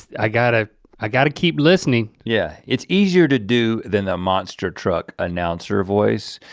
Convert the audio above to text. i got ah i got to keep listening. yeah. it's easier to do than a monster truck announcer voice.